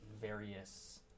various